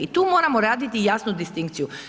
I tu moramo raditi jasnu distinkciju.